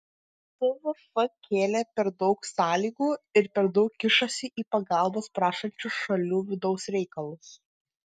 tvf kėlė per daug sąlygų ir per daug kišosi į pagalbos prašančių šalių vidaus reikalus